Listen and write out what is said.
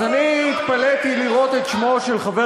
אז אני התפלאתי לראות את שמו של חבר